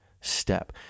step